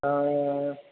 हां